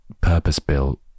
purpose-built